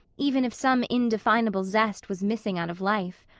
even if some indefinable zest was missing out of life.